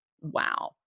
wow